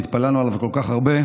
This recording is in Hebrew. שהתפללנו עליו כל כך הרבה.